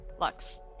Lux